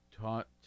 taught